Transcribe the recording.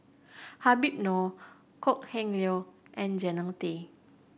Habib Noh Kok Heng Leun and Jannie Tay